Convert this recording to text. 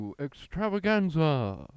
extravaganza